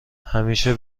همیشه